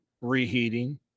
reheating